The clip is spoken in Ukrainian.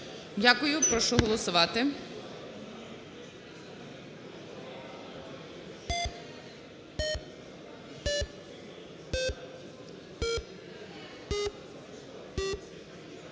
Дякую. Прошу голосувати.